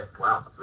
wow